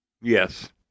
Yes